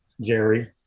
Jerry